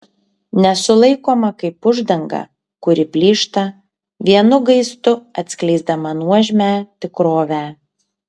nesulaikoma kaip uždanga kuri plyšta vienu gaistu atskleisdama nuožmią tikrovę